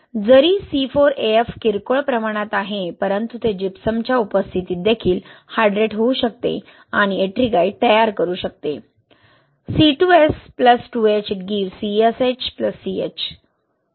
जरी C4AF किरकोळ प्रमाणात आहे परंतु ते जिप्समच्या उपस्थितीत देखील हायड्रेट होऊ शकते आणि एट्रिंगाइट तयार करू शकते